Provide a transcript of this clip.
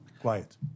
Quiet